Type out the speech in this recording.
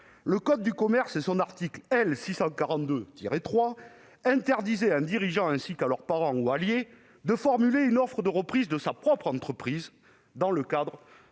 du code de commerce interdisait à un dirigeant, ainsi qu'à ses parents ou alliés, de formuler une offre de reprise de sa propre entreprise dans le cadre